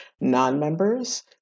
non-members